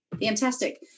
Fantastic